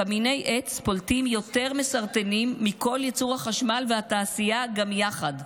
קמיני עץ פולטים יותר מסרטנים מכל ייצור החשמל והתעשייה גם יחד.